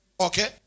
okay